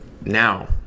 now